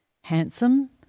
handsome